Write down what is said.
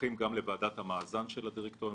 מדווחים לוועדת המאזן של הדירקטוריון